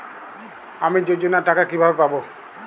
আমি যোজনার টাকা কিভাবে পাবো?